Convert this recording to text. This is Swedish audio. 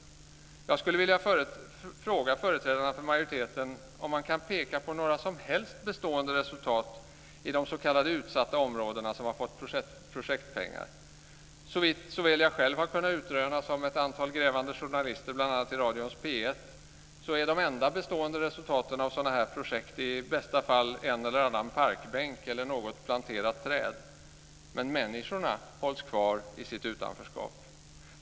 Jag skulle vilja fråga företrädarna för majoriteten om man kan peka på några som helst bestående resultat i de s.k. utsatta områdena som har fått projektpengar. Såvitt såväl jag själv som ett antal grävande journalister bl.a. vid radions P 1 har kunnat utröna är de enda bestående resultaten av sådana här projekt i bästa fall en eller annan parkbänk eller något planterat träd. Människorna hålls kvar i sitt utanförskap.